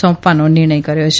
સોંપવાનો નિર્ણય કર્યો છે